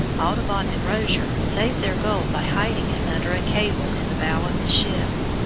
audubon and rozier saved their gold by hiding it under a cable in the bow of the ship.